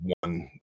one